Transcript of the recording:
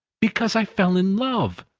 because i fell in love.